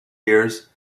years